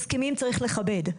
הסכמים צריך לכבד.